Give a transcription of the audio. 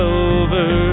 over